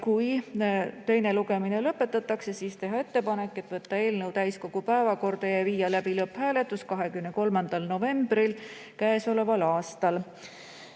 kui teine lugemine lõpetatakse, siis teha ettepanek võtta eelnõu täiskogu päevakorda ja viia läbi lõpphääletus 23. novembril käesoleval aastal.